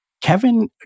Kevin